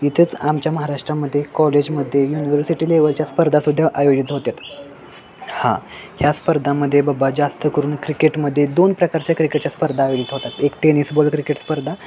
इथेच आमच्या महाराष्ट्रामध्ये कॉलेजमध्ये युनिवर्सिटी लेवलच्या स्पर्धासुद्धा आयोजित होतात हां ह्या स्पर्धामध्ये बाबा जास्त करून क्रिकेटमध्ये दोन प्रकारच्या क्रिकेटच्या स्पर्धा आयोजित होतात एक टेनिस बॉल क्रिकेट स्पर्धा